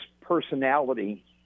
personality